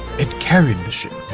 it carried the ship,